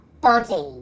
body